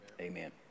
amen